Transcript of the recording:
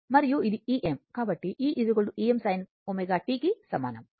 కాబట్టి e Em sin ω t కి సమానం